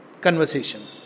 conversation